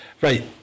right